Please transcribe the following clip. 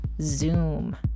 Zoom